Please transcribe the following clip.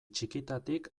txikitatik